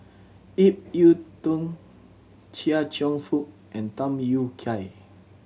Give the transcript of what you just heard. Ip Yiu Tung Chia Cheong Fook and Tham Yui Kai